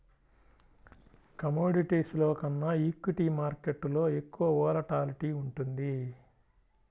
కమోడిటీస్లో కన్నా ఈక్విటీ మార్కెట్టులో ఎక్కువ వోలటాలిటీ ఉంటుంది